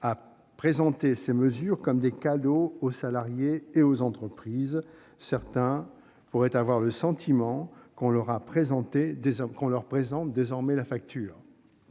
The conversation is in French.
à présenter ces mesures comme des cadeaux aux salariés et aux entreprises. Certains pourraient avoir le sentiment qu'on leur en présente désormais la facture